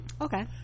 okay